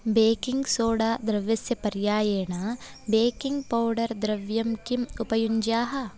baking soda द्रव्यस्य पर्यायेण baking powder द्रव्यं किम् उपयुञ्ज्याः